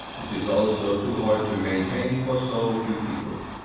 it is also too hard to maintain for so few people.